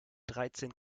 dreizehn